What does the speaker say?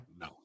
no